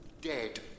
Dead